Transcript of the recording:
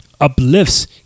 uplifts